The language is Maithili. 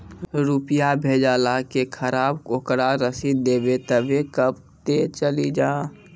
रुपिया भेजाला के खराब ओकरा रसीद देबे तबे कब ते चली जा?